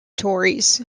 tories